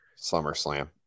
SummerSlam